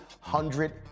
hundred